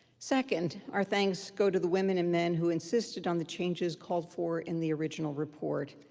second, our thanks go to the women and men who insisted on the changes called for in the original report,